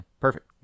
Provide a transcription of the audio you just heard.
perfect